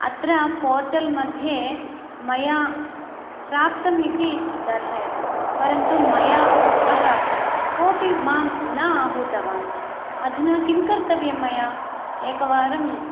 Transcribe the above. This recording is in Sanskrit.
अत्र पोर्टल्मध्ये मया प्राप्तम् इति दर्शयति परन्तु मया न प्राप्तं कोऽपि मां न आहूतवान् अधुना किं कर्तव्यं मया एकवारम्